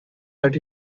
that